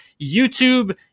YouTube